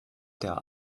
der